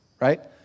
right